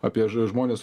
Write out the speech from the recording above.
apie žmones